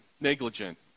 negligent